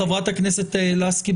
חברת הכנסת לסקי,